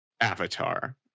Avatar